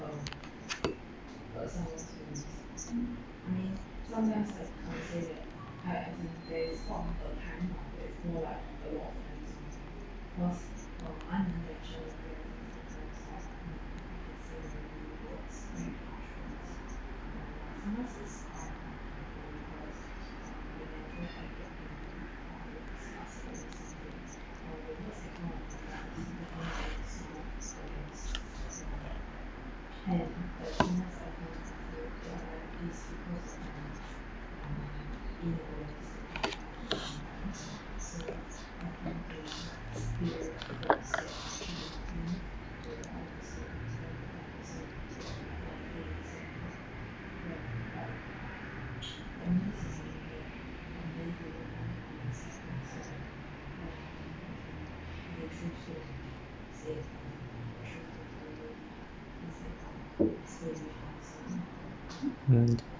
mm